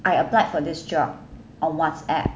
I applied for this job on WhatsApp